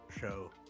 show